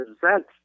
present